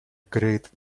great